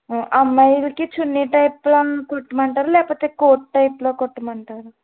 అమ్మాయిలకు చున్ని టైపులో కుట్టమంటారా లేకపోతే కోట్ టైపులో కుట్టమంటారా